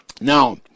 Now